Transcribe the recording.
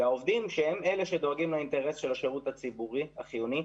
והעובדים הם אלה שדואגים לאינטרס של השירות הציבורי החיוני,